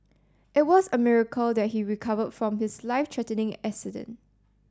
it was a miracle that he recovered from his life threatening accident